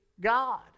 God